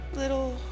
little